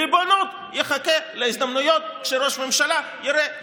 ריבונות תחכה להזדמנויות שראש הממשלה יראה בנסיבות.